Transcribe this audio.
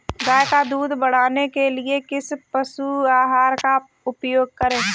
गाय का दूध बढ़ाने के लिए किस पशु आहार का उपयोग करें?